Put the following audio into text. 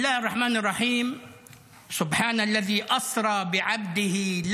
בשפה הערבית, להלן תרגומם:).